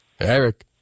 Eric